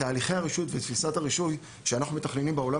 תהליכי הרישוי ותפיסת הרישוי שאנחנו מתכננים בעולם